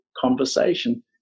conversation